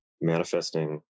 manifesting